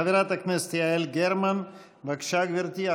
חברת הכנסת יעל גרמן, בבקשה, גברתי.